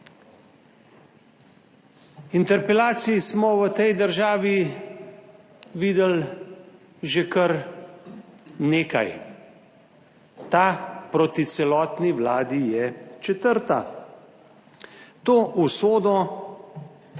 Interpelacij smo v tej državi videli že kar nekaj. Ta proti celotni vladi je četrta. To usodo